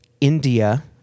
India